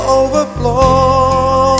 overflow